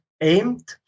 aimed